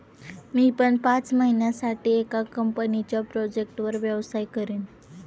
मी पण पाच महिन्यासाठी एका कंपनीच्या प्रोजेक्टवर व्यवसाय करीन